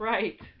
Right